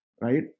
right